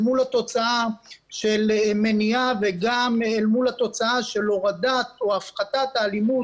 אל מול התוצאה של מניעה וגם אל מול התוצאה של הורדת או הפחתת האלימות,